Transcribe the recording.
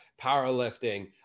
powerlifting